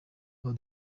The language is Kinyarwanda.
aho